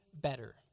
better